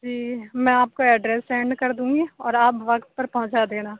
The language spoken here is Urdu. جی میں آپ کو ایڈریس سینڈ کر دوں گی اور آپ وقت پر پہنچا دینا